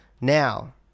Now